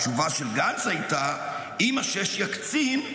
התשובה של גנץ הייתה: אם השש יקצין,